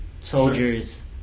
Soldiers